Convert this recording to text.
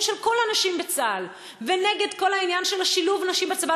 של כל הנשים בצה"ל ונגד כל העניין של שילוב נשים בצבא,